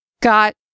got